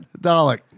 Dalek